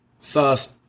first